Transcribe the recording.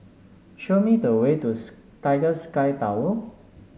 show me the way to Sky Tower